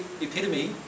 epitome